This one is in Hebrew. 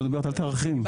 לא דיברתי על תאריכים.